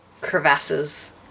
crevasses